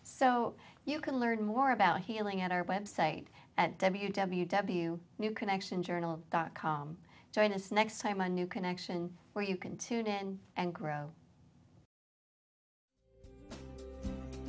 so you can learn more about healing at our website you new connection journal dot com join us next time a new connection where you can tune in and grow